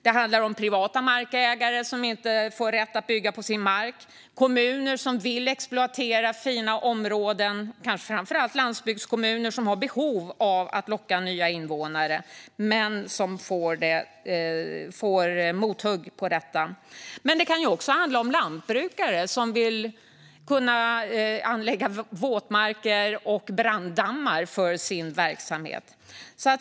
Det handlar om privata markägare som inte får rätt att bygga på sin mark. Det handlar om kommuner som vill exploatera fina områden - kanske framför allt landsbygdskommuner som har behov av att locka nya invånare men som får mothugg när det gäller detta. Det handlar också om lantbrukare som vill kunna anlägga våtmarker och branddammar för sin verksamhet.